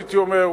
הייתי אומר,